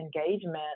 engagement